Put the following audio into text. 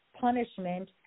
punishment